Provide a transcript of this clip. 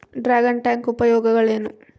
Dragon tank ಉಪಯೋಗಗಳೇನು?